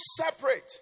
separate